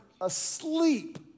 asleep